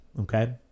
okay